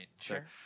Sure